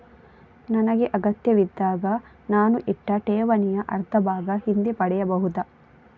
ನನಗೆ ಅಗತ್ಯವಿದ್ದಾಗ ನಾನು ಇಟ್ಟ ಠೇವಣಿಯ ಅರ್ಧಭಾಗ ಹಿಂದೆ ಪಡೆಯಬಹುದಾ?